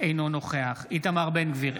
- אינו נוכח איתמר בן גביר,